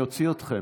אני אוציא אתכם.